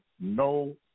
no